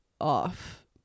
off